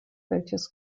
welches